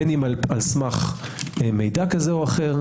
בין אם על סמך מידע כזה או אחר,